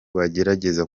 bagerageza